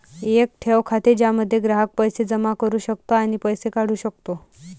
एक ठेव खाते ज्यामध्ये ग्राहक पैसे जमा करू शकतो आणि पैसे काढू शकतो